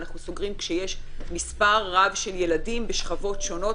אנחנו סוגרים כשיש מספר רב של ילדים בשכבות שונות,